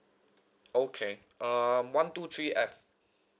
okay um one two three F